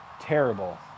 terrible